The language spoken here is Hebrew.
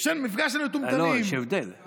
"מפלגה של מטומטמים".